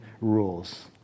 rules